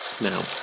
now